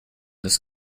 this